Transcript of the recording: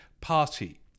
party